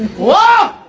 wow!